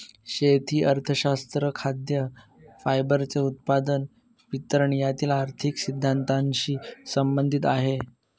शेती अर्थशास्त्र खाद्य, फायबरचे उत्पादन, वितरण यातील आर्थिक सिद्धांतानशी संबंधित आहे